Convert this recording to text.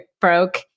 broke